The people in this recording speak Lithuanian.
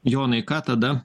jonai ką tada